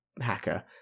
hacker